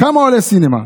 כמה עולה סינמה?